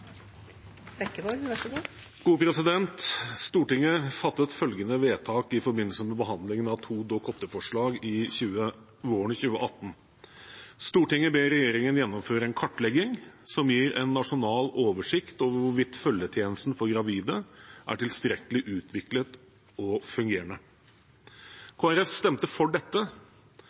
behandlingen av to Dokument 8-forslag våren 2018: «Stortinget ber regjeringen gjennomføre en kartlegging som gir en nasjonal oversikt over hvorvidt følgetjenesten for gravide er tilstrekkelig utviklet og fungerende.» Kristelig Folkeparti stemte for dette,